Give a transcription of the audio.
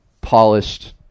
polished